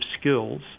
skills